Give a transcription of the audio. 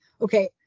okay